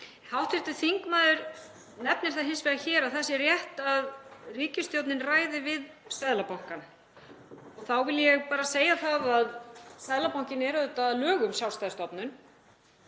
Hv. þingmaður nefnir það hins vegar hér að það sé rétt að ríkisstjórnin ræði við Seðlabankann. Þá vil ég bara segja það að Seðlabankinn er auðvitað að lögum sjálfstæð stofnun.